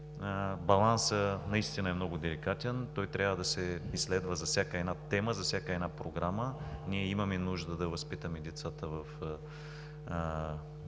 Балансът наистина е много деликатен. Той трябва да се изследва за всяка една тема, за всяка една програма. Ние имаме нужда да възпитаме децата в